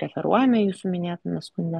deklaruojame jūsų minėtame skunde